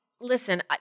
listen